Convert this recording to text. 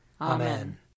Amen